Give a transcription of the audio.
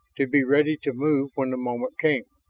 to be ready to move when the moment came.